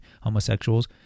homosexuals